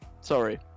sorry